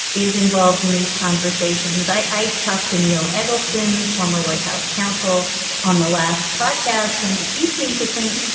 is involved in these conversations? i talked to neil eggleston, former white house counsel on the last podcast, and he seemed to think,